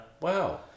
Wow